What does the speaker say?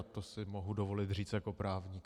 To si mohu dovolit říct jako právník.